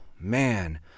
man